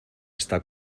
esta